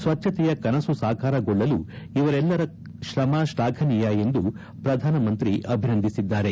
ಸ್ವಚ್ಛತೆಯ ಕನಸು ಸಾಕಾರಗೊಳ್ಳಲು ಇವರೆಲ್ಲರ ಶ್ರಮ ಶ್ಲಾಘನೀಯ ಎಂದು ಪ್ರಧಾನಮಂತ್ರಿ ಅಭಿನಂದಿಸಿದ್ದಾರೆ